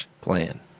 plan